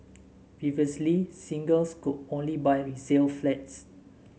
previously singles could only buy resale flats